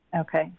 Okay